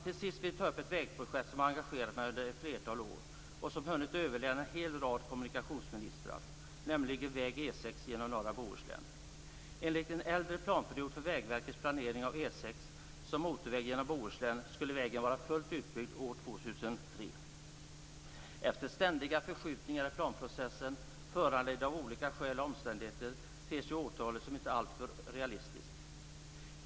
Till sist vill jag ta upp ett vägprojekt som har engagerat mig under ett flertal år, och som hunnit överleva en hel rad med kommunikationsministrar, nämligen väg E 6 genom norra Bohuslän. Enligt en äldre planperiod för Vägverkets planering av E 6 som motorväg genom Bohuslän, skulle vägen vara fullt ubyggd år 2003. Efter ständiga förskjutningar i planprocessen, föranledda av olika omständigheter, ter sig årtalet inte vara alltför orealistiskt!